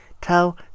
Tell